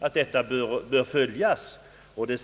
att detta förhållande bör följas med uppmärksamhet.